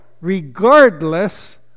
regardless